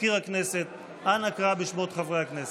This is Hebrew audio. מזכיר הכנסת, אנא קרא בשמות חברי הכנסת.